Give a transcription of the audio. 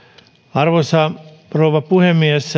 arvoisa rouva puhemies